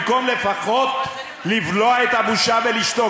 במקום לפחות לבלוע את הבושה ולשתוק,